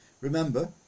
Remember